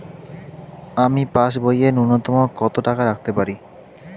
আমি পাসবইয়ে ন্যূনতম কত টাকা রাখতে পারি?